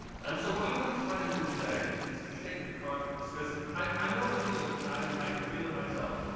and so what i'm going to try to do today is to shake your confidence. because i know the feeling i can feel it myself.